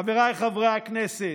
חבריי חברי הכנסת,